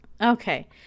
Okay